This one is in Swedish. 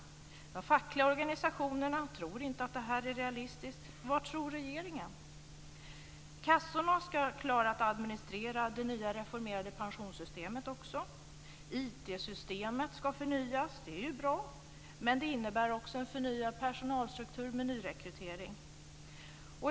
De fackliga organisationerna tror inte att det här är realistiskt. Vad tror regeringen? Kassorna ska klara att administrera det nya reformerade pensionssystemet också. IT-systemet ska förnyas; det är bra, men det innebär också en förnyad personalstruktur med nyrekrytering.